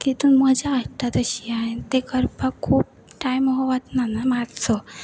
तितून मजा हाडटा तशी हांवे ते करपाक खूब टायम हो वचना ना मातसो